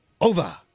over